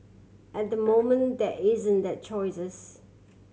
at the moment there isn't that choices